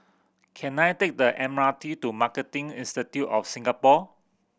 can I take the M R T to Marketing Institute of Singapore